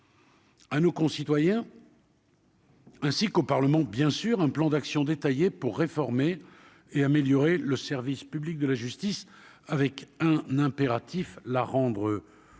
à nos concitoyens. Ainsi qu'au Parlement, bien sur un plan d'action détaillé pour réformer et améliorer le service public de la justice avec un impératif, la rendre plus